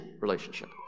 relationship